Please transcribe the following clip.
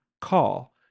call